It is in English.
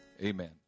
Amen